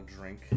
drink